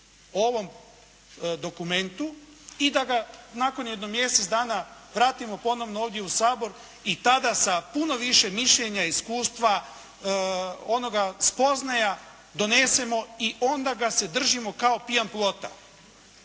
ovom dokumentu i da ga nakon jedno mjesec dana vratimo ponovno u Sabor i tada sa puno više mišljenja i iskustva onoga spoznaja, donesemo i onda ga se držimo kao pijan plota.